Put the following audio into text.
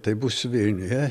tai būsiu vilniuje